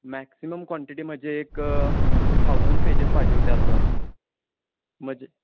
maximum quantity म्हणजे एक thousand pages पाहिजे होते असं म्हणजे